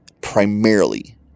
primarily